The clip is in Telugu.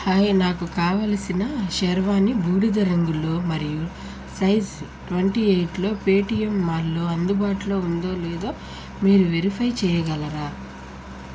హాయ్ నాకు కావలసిన షేర్వానీ బూడిద రంగులో మరియు సైజ్ ట్వంటీ ఎయిట్లో పేటీఎం మాల్లో అందుబాటులో ఉందో లేదో మీరు వెరిఫై చేయగలరా